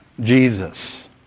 Jesus